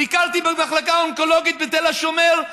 ביקרתי במחלקה האונקולוגית בתל השומר,